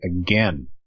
again